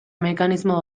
mekanismo